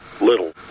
little